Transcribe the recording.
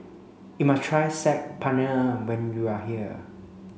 you must try Saag Paneer when you are here